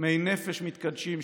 " טמאי נפש מתקדשים,